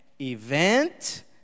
event